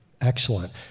Excellent